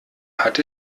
hat